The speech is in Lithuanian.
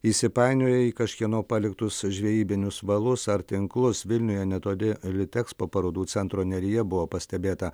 įsipainioję į kažkieno paliktus žvejybinius valus ar tinklus vilniuje netoli litekspo parodų centro neryje buvo pastebėta